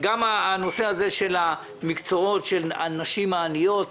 גם המקצועות של הנשים העניות,